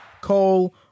Cole